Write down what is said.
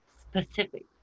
specific